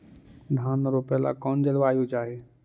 धान रोप ला कौन जलवायु चाही?